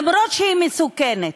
אף שהיא מסוכנת.